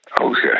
okay